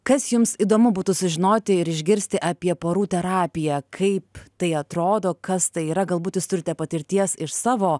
kas jums įdomu būtų sužinoti ir išgirsti apie porų terapiją kaip tai atrodo kas tai yra galbūt jūs turite patirties iš savo